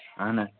اَہن حظ